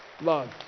Love